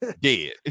dead